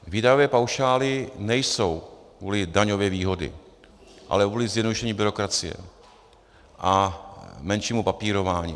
Výdajové paušály nejsou kvůli daňové výhodě, ale kvůli zjednodušení byrokracie a menšímu papírování.